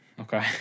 Okay